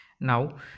Now